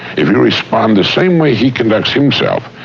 if you respond the same way he conducts himself,